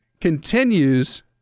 continues